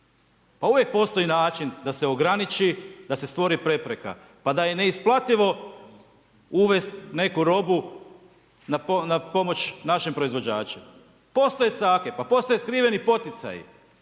Pa uvijek postoji način da se ograniči, da se stvori prepreka pa da je i neisplativo uvest neku robu na pomoć našim proizvođačima. Postoje cake, pa postoje skriveni poticaji,